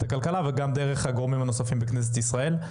הכלכלה וגם דרך גורמים נוספים בכנסת ישראל.